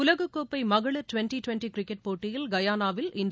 உலக கோப்பை மகளிர் டுவெண்டி டுவெண்டி கிரிக்கெட் போட்டியில் கயானாவில் இன்று